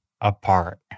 apart